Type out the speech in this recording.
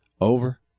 over